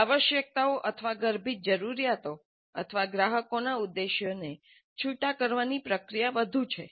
તે આવશ્યકતાઓ અથવા ગર્ભિત જરૂરિયાતો અથવા ગ્રાહકોના ઉદ્દેશ્યોને છૂટા કરવાની પ્રક્રિયા વધુ છે